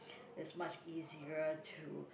is much easier to